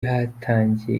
hatangiye